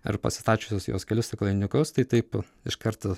ir pasistačiusios jos kelis stiklainiukus tai taip iš karto